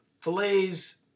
fillets